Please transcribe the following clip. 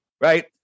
Right